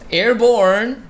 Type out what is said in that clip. airborne